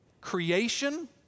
Creation